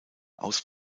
aus